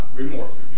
remorse